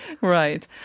right